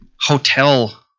hotel